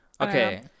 okay